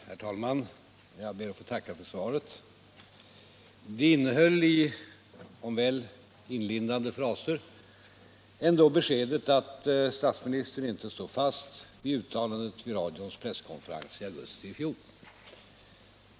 Herr talman! Jag ber att få tacka för svaret. Det innehöll, om än i väl inlindade fraser, beskedet att statsministern inte står fast vid uttalandet på radions presskonferens i augusti i fjol.